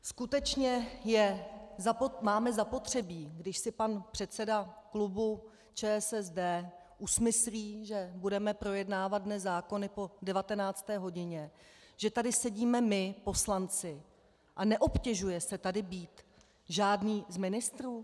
Skutečně máme zapotřebí, když si pan předseda klubu ČSSD usmyslí, že budeme projednávat dnes zákony po 19. hodině, že tady sedíme my poslanci a neobtěžuje se tady být žádný z ministrů?